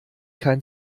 kein